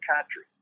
country